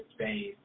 space